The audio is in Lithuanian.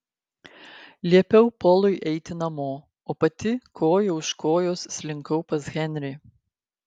liepiau polui eiti namo o pati koja už kojos slinkau pas henrį